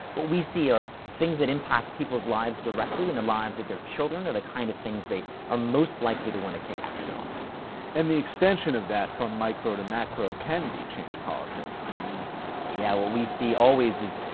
what we see are things that impact people's lives directly, and the lives of their children are the kind of things they are most likely to want to take action on. heffner and the extension of that, from micro to macro, can be change politics, can it not? rattray yeah, what we see always is,